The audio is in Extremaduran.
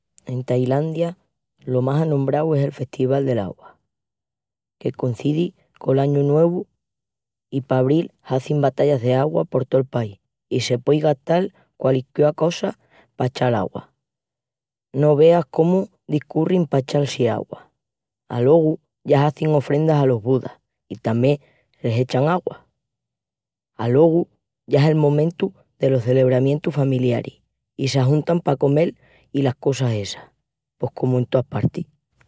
En Tailandia... lo más anombrau es el Festival del'Augua que concidi col añu nuevu i pa Abril hazin batallas d'augua por tol país i se puei gastal qualisquiá cosa pa echal augua. No veas cómu discurrin pa echal-si augua. Alogu ya hazin ofrendas alos Budas i tamién les echan augua. Alogu ya es el momentu delos celebramientus familiaris i s'ajuntan pa comel i las cosas essas, pos comu en toas partis...